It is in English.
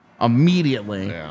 immediately